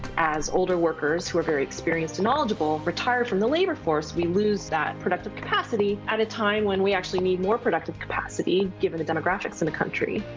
as older workers who are very experienced and knowledgeable retire from the labor force, we lose that productive capacity, at a time when we actually need more productive capacity, given the demographics in the country.